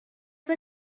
the